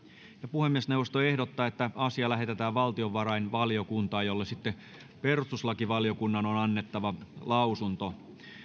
puhemiesneuvosto ehdottaa että asia lähetetään valtiovarainvaliokuntaan jolle perustuslakivaliokunnan on annettava lausunto